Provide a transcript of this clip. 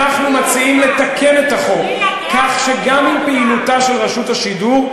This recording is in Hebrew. אנחנו מציעים לתקן את החוק כך שגם עם פעילותה של רשות השידור,